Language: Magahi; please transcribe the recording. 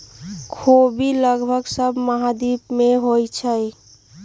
ख़ोबि लगभग सभ महाद्वीप में होइ छइ